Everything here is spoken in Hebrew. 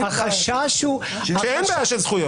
החשש הוא --- כשאין בעיה של זכויות.